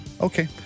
Okay